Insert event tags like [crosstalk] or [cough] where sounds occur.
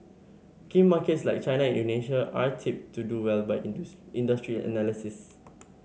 key markets like China and Indonesia are tipped to do well by [unintelligible] industry analysts